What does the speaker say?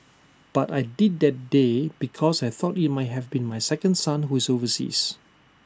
but I did that day because I thought IT might have been my second son who is overseas